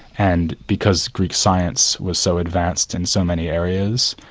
and because good science was so advanced in so many areas,